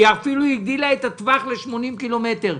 היא אפילו הגדילה את הטווח ל-80 קילומטר,